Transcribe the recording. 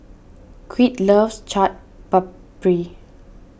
Creed loves Chaat Papri